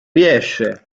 riesce